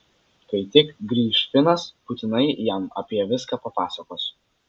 kai tik grįš finas būtinai jam apie viską papasakos